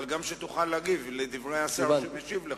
אבל גם שתוכל להגיב על דברי השר שמשיב לך.